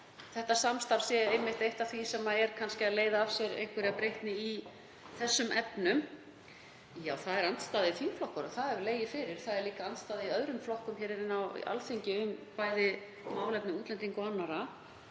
þetta samstarf sé einmitt eitt af því sem er kannski að leiða af sér einhverja breytni í þessum efnum. Já, það er andstaða í þingflokkunum, það hefur legið fyrir. Það er líka andstaða í öðrum flokkum hér á Alþingi um bæði málefni útlendinga og annarra